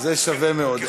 אז זה שווה מאוד.